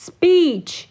Speech